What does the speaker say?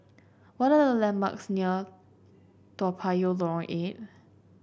what are landmarks near Toa Payoh Lorong Eight